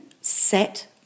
set